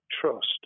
trust